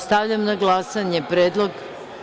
Stavljam na glasanje predlog.